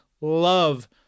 love